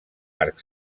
arc